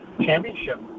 championship